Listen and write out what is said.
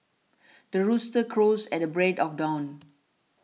the rooster crows at the break of dawn